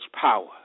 power